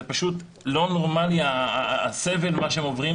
פשוט לא נורמלי הסבל שהם עוברים,